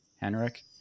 Henrik